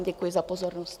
Děkuji vám za pozornost.